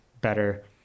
better